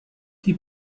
die